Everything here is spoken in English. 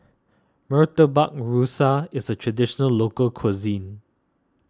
Murtabak Rusa is a Traditional Local Cuisine